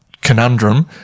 conundrum